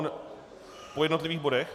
Po jednotlivých bodech?